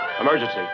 Emergency